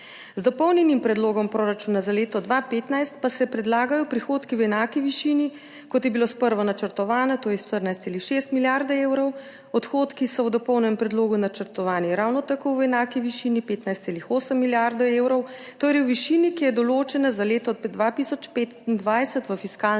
Z dopolnjenim predlogom proračuna za leto 2015 pa se predlagajo prihodki v enaki višini, kot je bilo sprva načrtovano, to je 14,6 milijarde evrov, odhodki so v dopolnjenem predlogu načrtovani ravno tako v enaki višini, 15,8 milijarde evrov, torej v višini, ki je določena za leto 2025 v fiskalnem